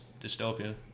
Dystopia